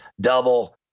Double